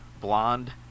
Blonde